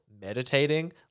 meditating